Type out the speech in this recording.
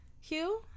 Hugh